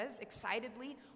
excitedly